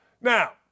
Now